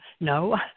no